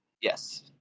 Yes